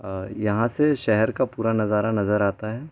और यहाँ से शहर का पूरा नज़ारा नज़र आता है